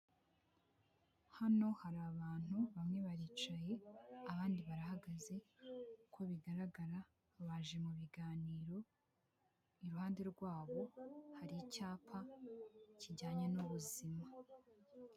Hano hari abantu, bamwe baricaye, abandi barahagaze, uko bigaragara baje mu biganiro, iruhande rwabo hari icyapa kijyanye n'ubuzima.